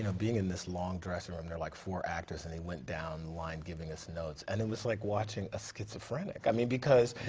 you know being in this long dressing room. there are like four actors and he went down the line giving us notes. and it was like watching a schizophrenic. i mean because,